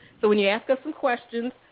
so when you ask us some questions,